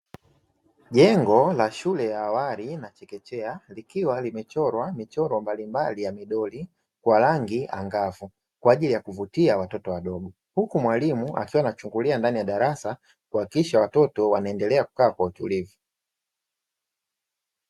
Jengo la shule ya awali na chekechea likiwa limechorwa michoro mbalimbali ya midoli kwa rangi angavu kwajili ya kuvutia watoto wadogo. Huku mwalimu akiwa anachungulia ndani ya darasa kuhakikisha watoto wanaendelea kukaa kwa utulivu.